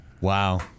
Wow